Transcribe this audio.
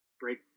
break